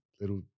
little